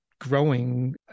growing